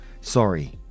sorry